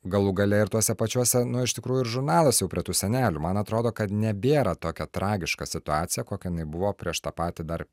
galų gale ir tuose pačiuose nu iš tikrųjų ir žurnaluose jau prie tų senelių man atrodo kad nebėra tokia tragiška situacija kokia ji buvo prieš tą patį dar